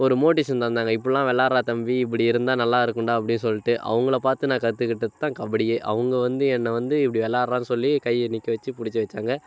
ஒரு மோட்டிஷன் தந்தாங்க இப்பிடில்லாம் விளாட்றா தம்பி இப்படி இருந்தா நல்லா இருக்கும்டா அப்படின்னு சொல்லிட்டு அவங்கள பார்த்து நான் கற்றுக்கிட்டது தான் கபடியே அவங்க வந்து என்னை வந்து இப்படி விளாட்றானு சொல்லி கையை நிற்க வெச்சு பிடிச்சி வைச்சாங்க